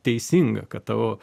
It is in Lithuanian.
teisinga kad tavo